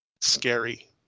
scary